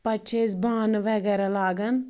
پَتہٕ چھِ أسۍ بانہٕ وغیرَہ لاگان